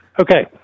Okay